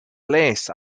lace